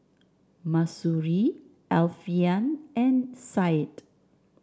Mahsuri Alfian and Said